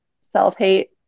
self-hate